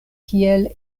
kiel